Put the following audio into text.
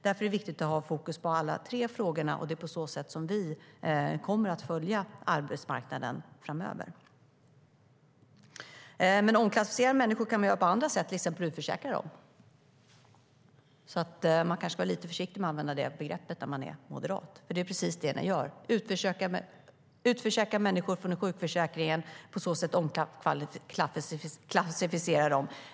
Därför är det viktigt att ha fokus på alla tre frågorna, och det är på så sätt som vi kommer att följa arbetsmarknaden framöver. Omklassificera människor kan man göra på andra sätt, till exempel genom att utförsäkra dem. Man kanske ska vara lite försiktig med att använda det begreppet när man är moderat, för det är precis det ni gör, utförsäkrar människor från sjukförsäkringen och omklassificerar dem på så sätt.